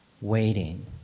waiting